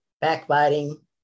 backbiting